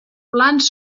plans